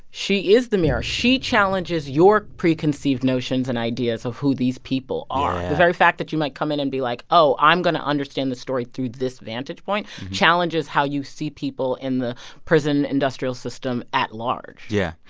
she is the mirror. she challenges your preconceived notions and ideas of who these people are. the very fact that you might come in and be like, oh, i'm going to understand the story through this vantage point challenges how you see people in the prison industrial system at large yeah.